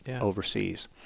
overseas